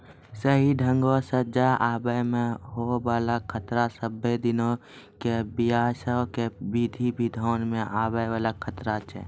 सही ढंगो से जाय आवै मे होय बाला खतरा सभ्भे दिनो के व्यवसाय के विधि विधान मे आवै वाला खतरा छै